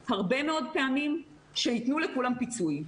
נותנים פיצוי לכולם